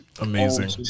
Amazing